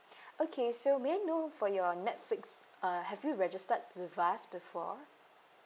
okay so may I know for your netflix uh have you registered with us before